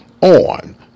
on